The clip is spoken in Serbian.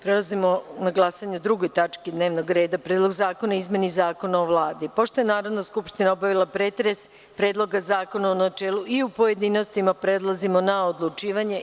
Prelazimo na 2. tačku dnevnog reda – PREDLOG ZAKONA O IZMENI ZAKONA O VLADI Pošto je Narodna skupština obavila pretres Predloga zakona u načelu i u pojedinostima, prelazimo na odlučivanje.